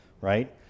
Right